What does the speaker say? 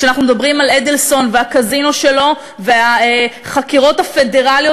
כשאנחנו מדברים על אדלסון והקזינו שלו והחקירות הפדרליות